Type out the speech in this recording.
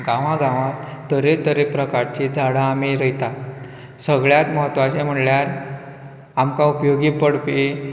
गांवां गांवांत तरे तरे प्रकारची झाडां आमी रोंयतात सगळ्यांत म्हत्वाचे म्हळ्यार आमकां उपयोगी पडपी